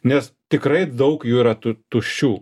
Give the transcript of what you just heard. nes tikrai daug jų yra tu tuščių